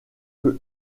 peut